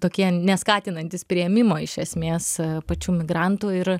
tokie neskatinantys priėmimo iš esmės pačių migrantų ir